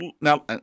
Now